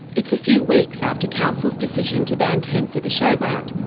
it's a few weeks after council's decision to ban tents at the showground,